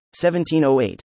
1708